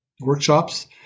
workshops